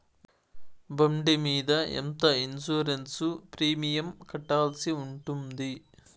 బండి మీద ఎంత ఇన్సూరెన్సు ప్రీమియం కట్టాల్సి ఉంటుంది?